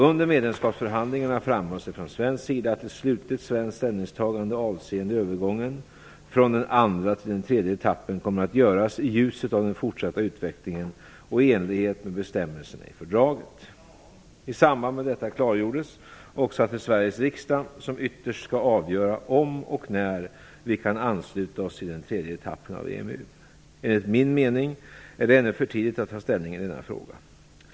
Under medlemskapsförhandlingarna framhölls det från svensk sida att ett slutligt svenskt ställningstagande avseende övergången från den andra till den tredje etappen kommer att göras i ljuset av den fortsatta utvecklingen och i enlighet med bestämmelserna i fördraget. I samband med detta klargjordes också att det är Sveriges riksdag som ytterst skall avgöra om och när vi kan ansluta oss till den tredje etappen av EMU. Enligt min mening är det ännu för tidigt att ta ställning i denna fråga.